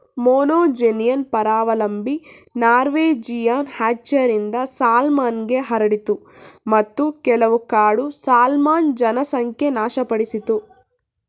monogenean ಪರಾವಲಂಬಿ Norwegian ಹ್ಯಾಚರಿಂದ ಸಾಲ್ಮನ್ಗೆ ಹರಡಿತು ಮತ್ತು ಕೆಲವು ಕಾಡು ಸಾಲ್ಮನ್ ಜನಸಂಖ್ಯೆ ನಾಶಪಡಿಸಿತು